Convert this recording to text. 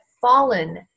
fallen